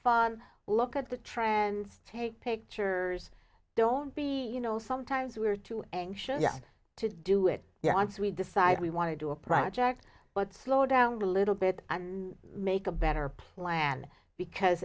fun look at the try and take pictures don't be you know sometimes we're too anxious to do it your arms we decide we want to do a project but slow down a little bit and make a better plan because